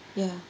ya